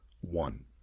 One